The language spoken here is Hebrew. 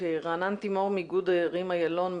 רענן תימור מאיגוד ערים אילון,